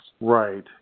Right